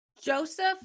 joseph